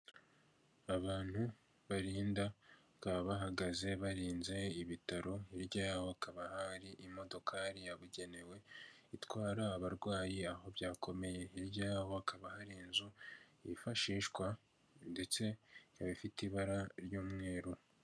Abantu barinda bakaba bahagaze barinze ibitaro, hirya yabo hakaba hari imodokari yabugenewe, itwara abarwayi aho byakomeye, hirya yaho hakaba hari inzu yifashishwa ndetse ikaba ifite ibara ry'umweru.